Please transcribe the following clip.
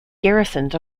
garrisons